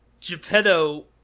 Geppetto